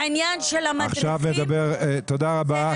תודה רבה.